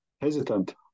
hesitant